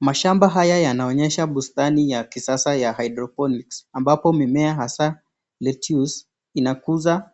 Mashamba haya yanaonyesha bustani ya kisasa ya hydroponics , ambapo mimea hasa letttuce inakuza